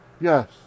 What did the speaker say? Yes